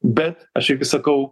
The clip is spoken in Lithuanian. bet aš irgi sakau